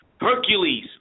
Hercules